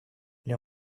les